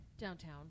Downtown